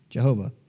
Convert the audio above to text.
Jehovah